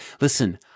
Listen